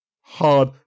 Hard